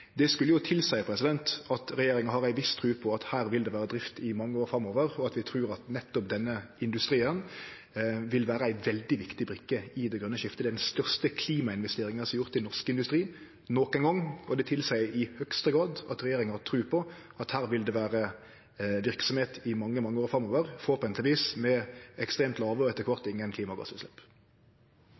Det skulle jo tilseie at regjeringa har ei viss tru på at her vil det vere drift i mange år framover, og at vi trur at nettopp denne industrien vil vere ei veldig viktig brikke i det grøne skiftet. Det er den største klimainvesteringa som er gjord i norsk industri nokon gong, og det tilseier i høgste grad at regjeringa har tru på at her vil det vere verksemd i mange, mange år framover, forhåpentlegvis med ekstremt låge – og etter kvart ingen – klimagassutslepp.